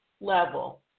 level